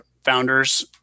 founders